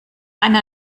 einer